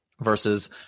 versus